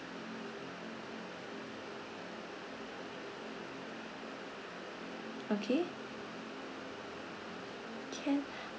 okay can